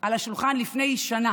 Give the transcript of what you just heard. על השולחן כבר לפני שנה,